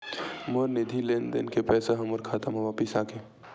मोर निधि लेन देन के पैसा हा मोर खाता मा वापिस आ गे